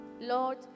Lord